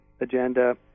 agenda